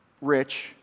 rich